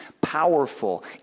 powerful